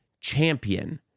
champion